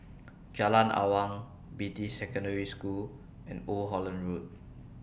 Jalan Awang Beatty Secondary School and Old Holland Road